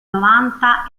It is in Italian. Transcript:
novanta